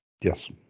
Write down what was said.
yes